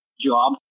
job